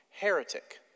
Heretic